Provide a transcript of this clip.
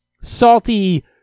salty